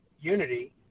unity